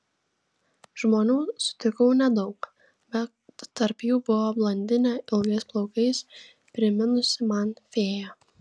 žmonių sutikau nedaug bet tarp jų buvo blondinė ilgais plaukais priminusi man fėją